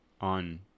on